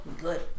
Good